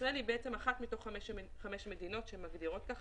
ישראל היא אחת מתוך חמש מדינות שמגדירות זאת כך,